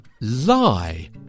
lie